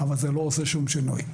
אבל זה לא עושה שום שינוי.